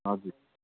हजुर